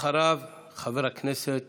אחריו, חבר הכנסת